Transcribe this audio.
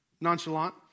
nonchalant